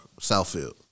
Southfield